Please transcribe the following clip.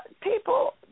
people